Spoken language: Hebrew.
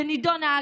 שנידונה,